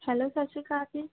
hello ਸਤਿ ਸ਼੍ਰੀ ਅਕਾਲ ਜੀ